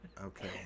okay